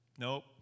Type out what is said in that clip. Nope